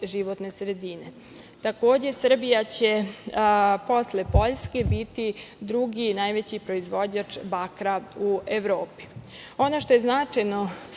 životne sredine. Takođe, Srbija će posle Poljske biti drugi najveći proizvođač bakra u Evropi. Ono što je značajno